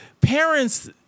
parents